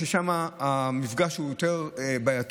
ושם המפגש הוא יותר בעייתי,